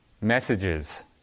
messages